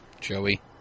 Joey